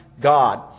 God